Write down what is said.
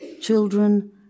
children